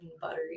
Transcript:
buttery